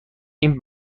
این